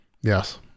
Yes